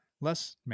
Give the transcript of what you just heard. less